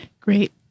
Great